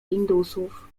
indusów